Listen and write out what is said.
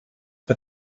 but